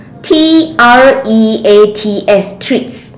t r e a t s treats